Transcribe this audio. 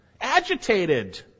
agitated